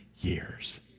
years